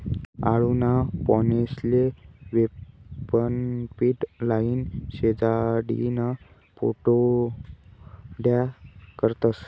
आळूना पानेस्ले बेसनपीट लाईन, शिजाडीन पाट्योड्या करतस